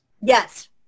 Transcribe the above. Yes